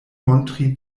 montri